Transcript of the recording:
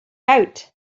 out